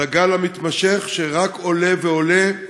לגל המתמשך, שרק עולה ועולה.